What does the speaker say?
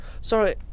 Sorry